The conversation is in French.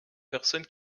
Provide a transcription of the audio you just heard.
personne